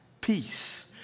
peace